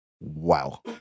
Wow